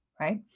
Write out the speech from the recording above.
right